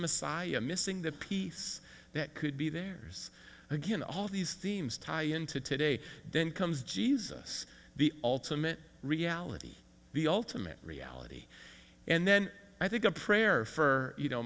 messiah missing the peace that could be there's again all these themes tie into today then comes jesus the ultimate reality be all to me reality and then i think a prayer for you know